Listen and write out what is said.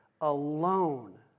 alone